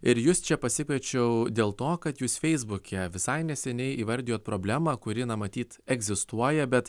ir jus čia pasikviečiau dėl to kad jūs feisbuke visai neseniai įvardijot problemą kuri na matyt egzistuoja bet